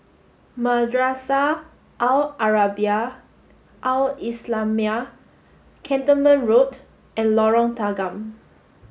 Madrasah Al Arabiah Al islamiah Cantonment Road and Lorong Tanggam